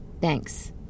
Thanks